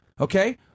Okay